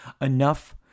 enough